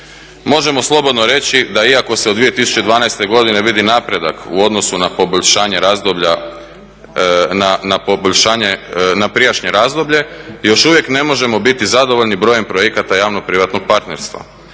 Možemo slobodno reći da iako se od 2012. godine vidi napredak u odnosu na poboljšanje razdoblja na prijašnje razdoblje, još uvijek ne možemo biti zadovoljni brojem projekata javno-privatnog partnerstva.